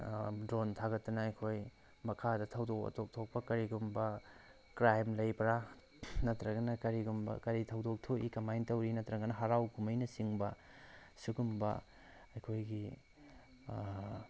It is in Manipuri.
ꯗ꯭ꯔꯣꯟ ꯊꯥꯒꯠꯇꯅ ꯑꯩꯈꯣꯏ ꯃꯈꯥꯗ ꯊꯧꯗꯣꯛ ꯋꯥꯊꯣꯛ ꯊꯣꯛꯄ ꯀꯔꯤꯒꯨꯝꯕ ꯀ꯭ꯔꯥꯏꯝ ꯂꯩꯕ꯭ꯔꯥ ꯅꯠꯇ꯭ꯔꯒꯅ ꯀꯔꯤꯒꯨꯝꯕ ꯀꯔꯤ ꯊꯧꯗꯣꯛ ꯊꯣꯛꯏ ꯀꯃꯥꯏ ꯇꯧꯔꯤ ꯅꯠꯇ꯭ꯔꯒꯅ ꯍꯔꯥꯎ ꯀꯨꯝꯍꯩꯅ ꯆꯤꯡꯕ ꯁꯤꯒꯨꯝꯕ ꯑꯩꯈꯣꯏꯒꯤ